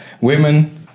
women